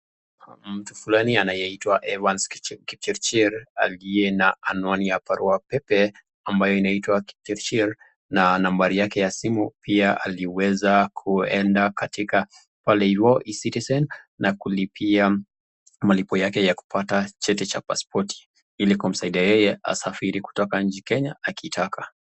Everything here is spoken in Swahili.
Mtu fulani anayeitwa Evans Kipchirchir aliye na anwani ya barua pepe ambaye inaitwa kipchirchir na nambari yake ya simu pia aliweza kuenda katika pale ivo E-citizen na kulipia malipo yake ya kupata cheti cha pasipoti ili kumsaidia yeye asafiri kutoka nchi kenya akitaka.